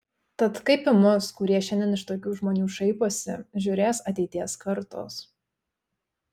tad kaip į mus kurie šiandien iš tokių žmonių šaiposi žiūrės ateities kartos